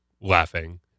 laughing